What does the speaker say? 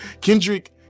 Kendrick